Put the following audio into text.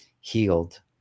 healed